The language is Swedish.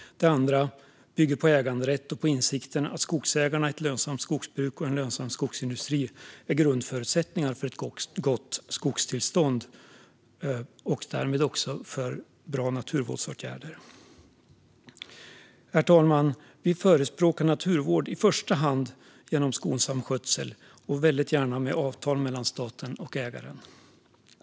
Det andra perspektivet bygger på äganderätt och på insikten att skogsägarna, ett lönsamt skogsbruk och en lönsam skogsindustri är grundförutsättningar för ett gott skogstillstånd och därmed också för bra naturvårdsåtgärder. Herr talman! Vi förespråkar naturvård i första hand genom skonsam skötsel, väldigt gärna med avtal mellan staten och ägaren.